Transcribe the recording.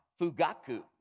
Fugaku